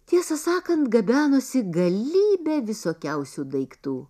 tiesą sakant gabenosi galybę visokiausių daiktų